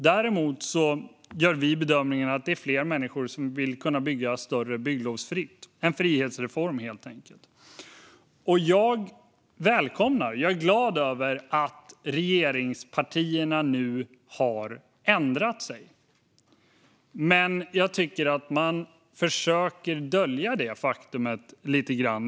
Däremot gör vi bedömningen att det är fler människor som vill kunna bygga större bygglovsfritt - en frihetsreform, helt enkelt. Jag välkomnar och är glad över att regeringspartierna nu har ändrat sig. Men jag tycker att man försöker dölja det faktumet lite grann.